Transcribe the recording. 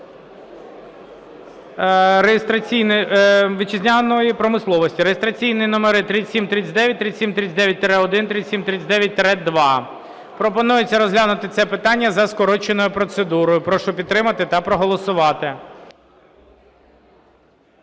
(реєстраційні номери 3739, 3739-1, 3739-2). Пропонується розглянути це питання за скороченою процедурою. Прошу підтримати та проголосувати.